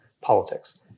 politics